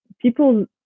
people